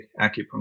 acupuncture